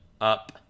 up